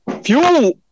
fuel